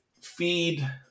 feed –